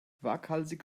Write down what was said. waghalsig